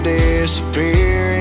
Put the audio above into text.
disappear